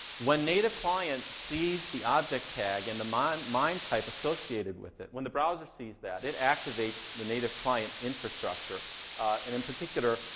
when native client sees the object tag and the mime mime type associated with it, when the browser sees that, it actives the native client infrastructure and, in particular,